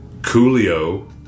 Coolio